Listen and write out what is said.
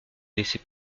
laisser